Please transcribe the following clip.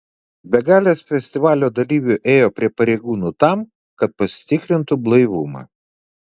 begalės festivalio dalyvių ėjo prie pareigūnų tam kad pasitikrintu blaivumą